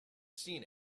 seen